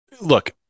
Look